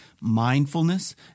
mindfulness